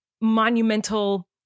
monumental